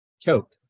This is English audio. choke